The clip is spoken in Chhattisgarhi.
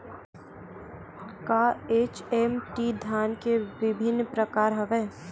का एच.एम.टी धान के विभिन्र प्रकार हवय?